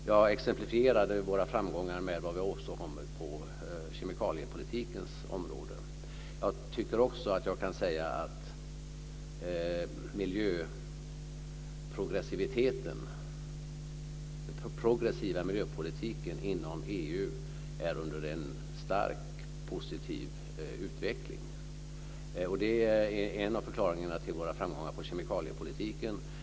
Jag exemplifierade Sveriges framgångar med vad vi åstadkommit på kemikaliepolitikens område. Jag tycker också att jag kan säga att miljöprogressiviteten, den progressiva miljöpolitiken, inom EU är under en stark och positiv utveckling. Det är en av förklaringarna till våra framgångar på kemikaliepolitikens område.